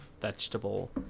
vegetable